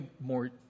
more